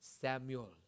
Samuel